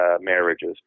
marriages